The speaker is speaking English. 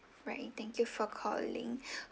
right thank you for calling